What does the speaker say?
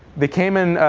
they came in,